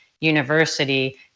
university